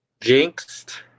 Jinxed